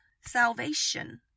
salvation